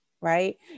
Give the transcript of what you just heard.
right